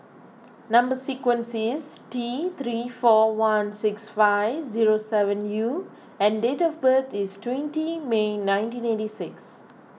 Number Sequence is T three four one six five zero seven U and date of birth is twenty May nineteen eighty six